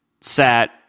sat